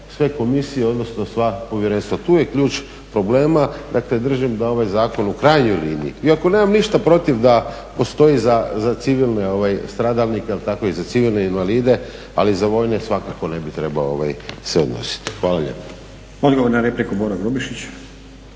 sve komisije, odnosno sva povjerenstva. Tu je ključ problema. Dakle držim da ovaj zakon u krajnjoj liniji, iako nemam ništa protiv da postoji za civilne stradalnike, ali tako i civilne invalide, ali za vojne svakako ne bi trebao se odnositi. Hvala lijepo. **Stazić, Nenad (SDP)** Odgovor na repliku, Boro Grubišić.